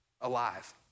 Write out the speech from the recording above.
alive